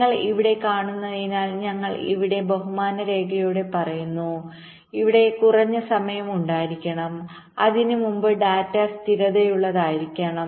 നിങ്ങൾ ഇവിടെ കാണുന്നതിനാൽ ഞങ്ങൾ ഇവിടെ ബഹുമാന രേഖയോടെ പറയുന്നു ഇവിടെ കുറഞ്ഞ സമയം ഉണ്ടായിരിക്കണം അതിന് മുമ്പ് ഡാറ്റ സ്ഥിരതയുള്ളതായിരിക്കണം